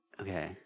Okay